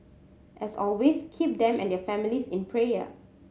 as always keep them and their families in prayer